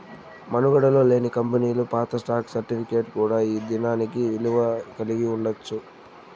మనుగడలో లేని కంపెనీలు పాత స్టాక్ సర్టిఫికేట్ కూడా ఈ దినానికి ఇలువ కలిగి ఉండచ్చు